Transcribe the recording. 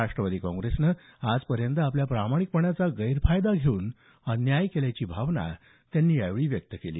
राष्ट्रवादी काँग्रेसनं आजपर्यंत आपल्या प्रामाणिकपणाचा गैरफायदा घेऊन अन्याय केल्याची भावना त्यांनी यावेळी व्यक्त केली